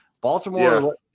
Baltimore